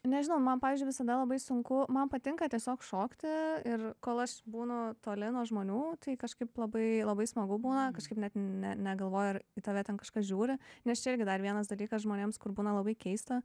nežinau man pavyzdžiui visada labai sunku man patinka tiesiog šokti ir kol aš būnu toli nuo žmonių tai kažkaip labai labai smagu būna kažkaip net ne negalvoji ar į tave ten kažkas žiūri nes čia irgi dar vienas dalykas žmonėms kur būna labai keista